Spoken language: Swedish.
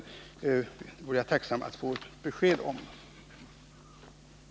Jag vore i så fall tacksam att få ett besked om det.